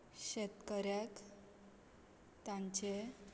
शेतकऱ्याक तांचे